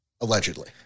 Allegedly